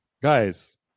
guys